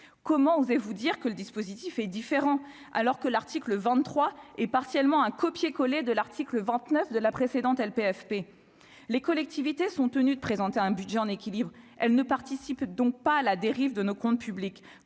comment osez-vous dire que le dispositif est différent, alors que l'article 23 et partiellement un copié-collé de l'article 29 de la précédente LPFP les collectivités sont tenus de présenter un budget en équilibre, elle ne participe donc pas la dérive de nos comptes publics,